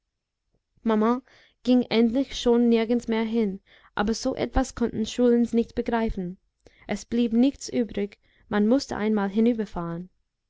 maman ging eigentlich schon nirgends mehr hin aber so etwas konnten schulins nicht begreifen es blieb nichts übrig man mußte einmal